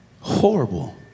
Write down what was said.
Horrible